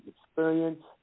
experience